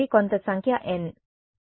కాబట్టి కొంత సంఖ్య n